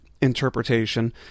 interpretation